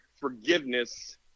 forgiveness